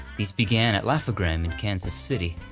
these began at laugh-o-gram in kansas city,